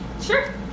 Sure